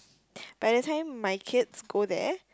by the time my kids go there